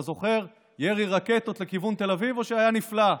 אתה זוכר ירי רקטות לכיוון תל אביב או שהיה נפלא?